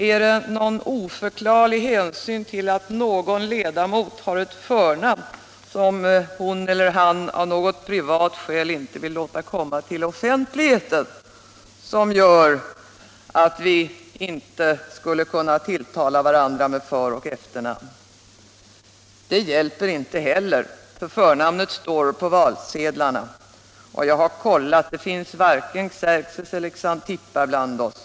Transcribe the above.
Är det någon oförklarlig hänsyn till att någon ledamot har ett förnamn som hon eller han av något privat skäl inte vill låta komma till offentlighet som gör att vi inte skall kunna tilltala varandra med föroch efternamn? Det hjälper inte, för förnamnet står på valsedeln. Och jag har kollat, det finns varken Xerxes eller Xantippa bland oss.